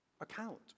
account